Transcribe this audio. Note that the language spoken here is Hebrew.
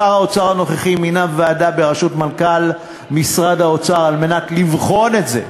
שר האוצר הנוכחי מינה ועדה בראשות מנכ"ל משרד האוצר על מנת לבחון את זה,